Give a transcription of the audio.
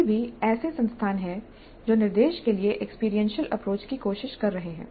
अभी भी ऐसे संस्थान हैं जो निर्देश के लिए एक्सपीरियंशियल अप्रोच की कोशिश कर रहे हैं